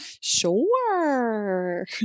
sure